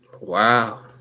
wow